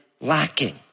lacking